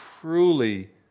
truly